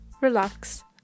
relax